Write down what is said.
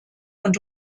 und